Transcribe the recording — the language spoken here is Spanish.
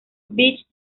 beach